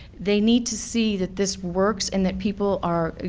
they need to see that this works and that people are,